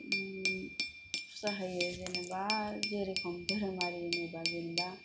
जाहैयो जेनबा जेरकम धोरोमारिनि बागै बा जेनबा